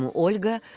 um olga